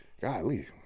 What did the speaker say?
Golly